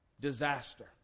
disaster